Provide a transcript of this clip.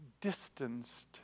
Distanced